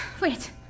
Wait